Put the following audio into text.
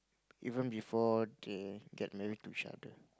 even before they get married to each other